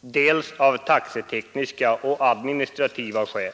dels av taxetekniska och administrativa skäl.